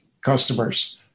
customers